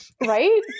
right